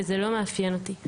וזה לא מאפיין אותי.